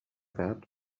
that